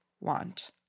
want